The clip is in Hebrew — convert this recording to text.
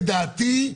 לדעתי,